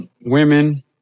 women